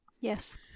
Yes